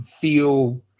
feel